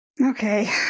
Okay